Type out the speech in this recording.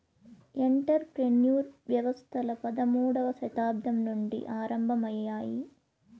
enter ప్రెన్యూర్ వ్యవస్థలు పదమూడవ శతాబ్దం నుండి ఆరంభమయ్యాయి